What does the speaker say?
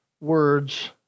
words